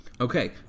Okay